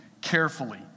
carefully